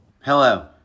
Hello